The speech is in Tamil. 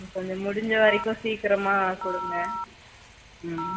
கொஞ்சம் முடிஞ்ச வரைக்கும் சீக்கிரமாக கொடுங்க மேம்